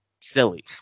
Silly